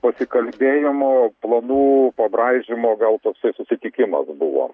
pasikalbėjimo planų pabraižymo gal toksai susitikimas buvo